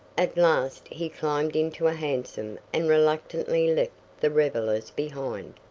at last he climbed into a hansom and reluctantly left the revelers behind.